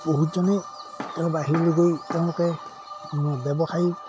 বহুতজনে তেওঁ বাহিৰলৈ গৈ তেওঁলোকে ব্যৱসায়ী